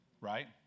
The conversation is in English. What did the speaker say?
right